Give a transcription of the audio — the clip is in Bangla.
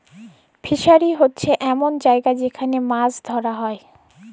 ফিসারি হছে এমল জায়গা যেখালে মাছ ধ্যরা হ্যয়